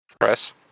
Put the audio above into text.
Press